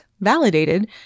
validated